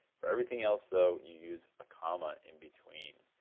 for everything else though, you use a comma in between.